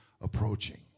approaching